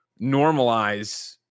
normalize